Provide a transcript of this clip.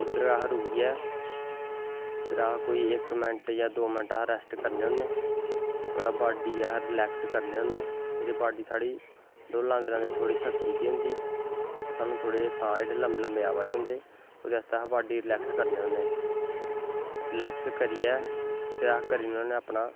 उद्दर अस रुकियै फिर अस इक मैंन्ट जां दो मैंट रैस्ट करने होने थोह्ड़ा बाड्डी गी अस रिलैक्स करने होने जेह्ड़ी बाड्डी साढ़ी दौड़ लांदे लांदे थक्की दी होंदी साह्नू साह् जेह्ड़े लम्मे लम्मे अवा दे होंदे ओह्दै आस्तै अस बाड्डी रिलैक्स करनें होने रलैक्स करियै फिर अस करनें होने अपना